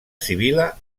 sibil·la